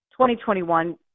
2021